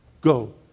go